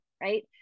right